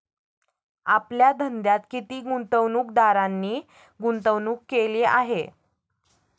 आपल्या धंद्यात किती गुंतवणूकदारांनी गुंतवणूक केली आहे?